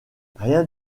rien